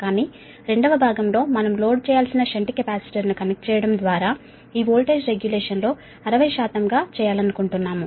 కానీ రెండవ భాగంలో మనం లోడ్ చేయాల్సిన షంట్ కెపాసిటర్ ను కనెక్ట్ చేయడం ద్వారా ఈ వోల్టేజ్ రెగ్యులేషన్ లో 60 గా చేయాలనుకుంటున్నాము